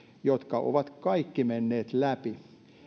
jotka ovat kaikki menneet läpi